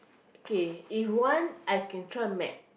okay if one I can try matte